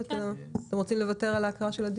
אתם רוצים לוותר על ההקראה?